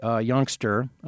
youngster